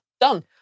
done